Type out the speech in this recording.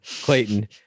Clayton